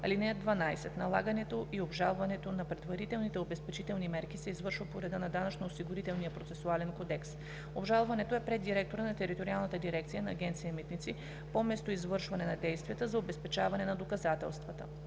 (12) Налагането и обжалването на предварителните обезпечителни мерки се извършва по реда на Данъчно осигурителния процесуален кодекс. Обжалването е пред директора на териториалната дирекция на Агенция „Митници“ по местоизвършване на действията за обезпечаване на доказателствата.“